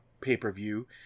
pay-per-view